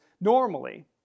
normally